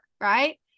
right